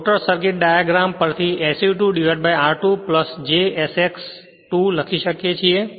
rotor circuit diagram પરથી SE2 r2 j SX 2 લખી શકીએ છીએ